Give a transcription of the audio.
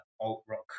alt-rock